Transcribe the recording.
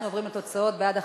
אנחנו עוברים לתוצאות: בעד,